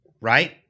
right